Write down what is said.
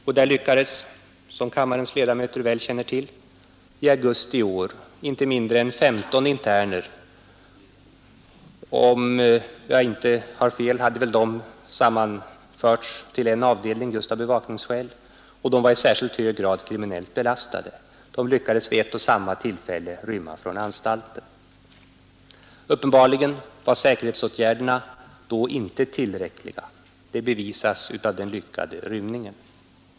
Därifrån lyckades, som kammarens ledamöter väl känner till, i augusti i år inte mindre än 15 interner rymma vid ett och samma tillfälle. Om jag inte har fel hade de sammanförts till en avdelning just av bevakningsskäl, och de var i särskilt hög grad kriminellt belastade. Uppenbarligen var säkerhetsåtgärderna då inte tillräckliga — det bevisas av den lyckade rymningen.